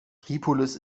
tripolis